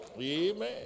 Amen